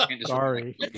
sorry